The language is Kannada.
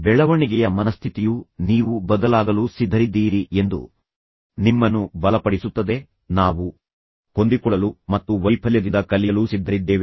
ಬೆಳವಣಿಗೆಯ ಮನಸ್ಥಿತಿಯು ನೀವು ಬದಲಾಗಲು ಸಿದ್ಧರಿದ್ದೀರಿ ಎಂದು ನಿಮ್ಮನ್ನು ಬಲಪಡಿಸುತ್ತದೆ ನಾವು ಹೊಂದಿಕೊಳ್ಳಲು ಸಿದ್ಧರಿದ್ದೇವೆ ಮತ್ತು ವೈಫಲ್ಯದಿಂದ ಕಲಿಯಲು ಸಿದ್ಧರಿದ್ದೇವೆ